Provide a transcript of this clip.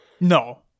No